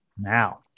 now